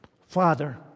Father